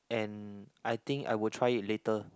and I think I would try it later